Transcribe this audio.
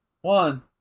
One